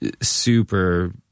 super